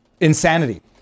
insanity